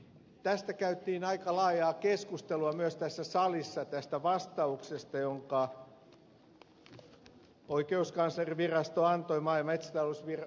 tästä käytiin aika laajaa keskustelua myös tässä salissa tästä vastauksesta jonka oikeuskanslerinvirasto antoi maa ja metsätalousministeriölle